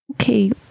Okay